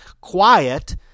quiet